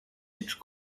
each